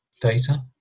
data